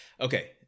Okay